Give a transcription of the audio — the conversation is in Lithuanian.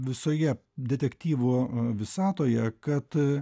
visoje detektyvų visatoje kad